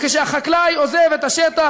וכשהחקלאי עוזב את השטח,